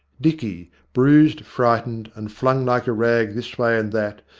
dicky, bruised, frightened and flung like a rag this way and that,